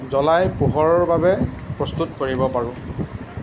জ্বলাই পোহৰৰ বাবে প্ৰস্তুত কৰিব পাৰোঁ